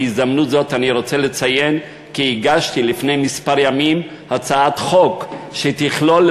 בהזדמנות זו אני רוצה לציין כי הגשתי לפני כמה ימים הצעת חוק שתכלול